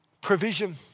provision